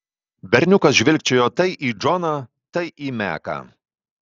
berniukas žvilgčiojo tai į džoną tai į meką